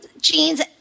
jeans